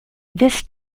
this